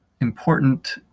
important